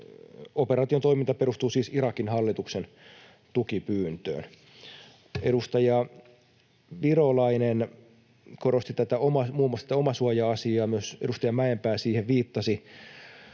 operaation toiminta perustuu siis Irakin hallituksen tukipyyntöön. Edustaja Virolainen korosti muun muassa omasuoja-asiaa, ja myös edustaja Mäenpää siihen viittasi.